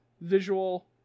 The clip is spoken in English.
visual